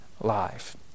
life